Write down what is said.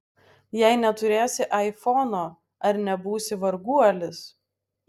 jei neturėsi aifono ar nebūsi varguolis